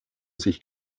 sich